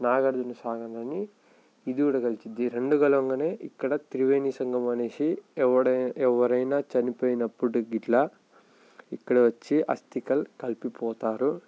నాగార్జునసాగర్ అని ఇది కూడా కలుస్తుంది ఈ రెండు కలవగానే ఇక్కడ త్రివేణి సంగమం అనేసి ఎవడైనా ఎవరైనా చనిపోయినప్పుడు గిట్లా ఇక్కడ వచ్చి అస్తికలు కలిపి పోతారు